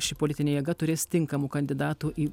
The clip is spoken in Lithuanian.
ši politinė jėga turės tinkamų kandidatų į